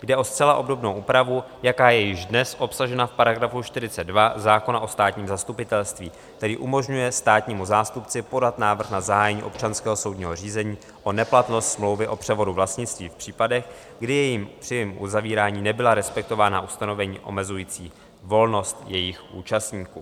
Jde o zcela obdobnou úpravu, jaká je již dnes obsažena v § 42 zákona o státním zastupitelství, který umožňuje státnímu zástupci podat návrh na zahájení občanského soudního řízení o neplatnost smlouvy o převodu vlastnictví v případech, kdy při jejím uzavírání nebyla respektována ustanovení omezující volnost jejích účastníků.